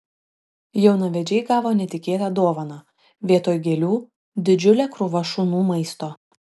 jaunavedžiai gavo netikėtą dovaną vietoj gėlių didžiulė krūva šunų maisto